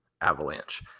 avalanche